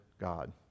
God